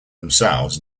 themselves